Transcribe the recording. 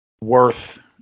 worth